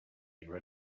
getting